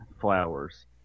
Flowers